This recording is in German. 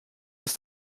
ist